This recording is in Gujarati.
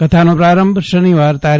કથાનો પ્રારંભ શનિવાર તા